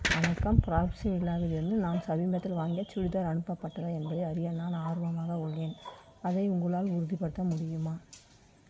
வணக்கம் கிராஃப்ட்ஸ் வில்லாவிலிருந்து நான் சமீபத்தில் வாங்கிய சுடிதார் அனுப்பப்பட்டதா என்பதை அறிய நான் ஆர்வமாக உள்ளேன் அதை உங்களால் உறுதிப்படுத்த முடியுமா